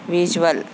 visual